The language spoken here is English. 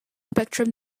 spectrum